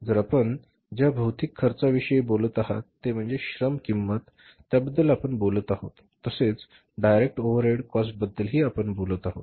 तर आपण ज्या भौतिक खर्चाविषयी बोलत आहोत ते म्हणजे श्रम किंमत ज्याबद्दल आपण बोलत आहोत तसेच डायरेक्ट ओव्हरहेड कॉस्ट बद्दल हि आपण बोलत आहोत